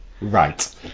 Right